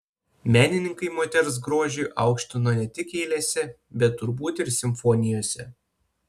menininkai moters grožį aukštino ne tik eilėse bet turbūt ir simfonijose